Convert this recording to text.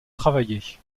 travailler